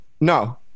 No